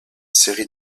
série